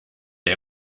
der